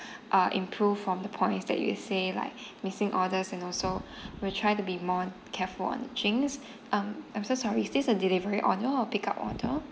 uh improve from the points that you say like missing orders and also we'll try to be more careful on drinks um I'm so sorry is this a delivery order or pick up order